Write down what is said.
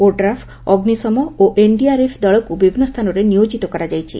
ODRAF ଅଗୁଶମ ଓ NDRF ଦଳକୁ ବିଭିନ୍ନ ସ୍ଥାନରେ ନିୟୋଜିତ କରାଯାଇଛି